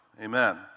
Amen